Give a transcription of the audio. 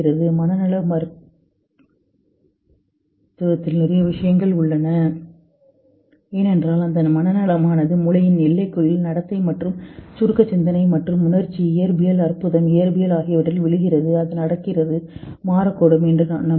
மனநல மருத்துவத்தில் நிறைய விஷயங்கள் உள்ளன ஏனென்றால் அந்த மனநலமானது மூளையின் எல்லைக்குள் நடத்தை மற்றும் சுருக்க சிந்தனை மற்றும் உணர்ச்சி இயற்பியல் அற்புதம் இயற்பியல் ஆகியவற்றில் விழுகிறது அது நடக்கிறது மாறக்கூடும் என்று நான் நம்புகிறேன்